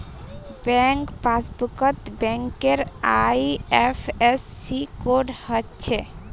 bank पासबुकत बैंकेर IFSC code हछे